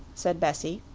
said bessie,